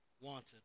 wanted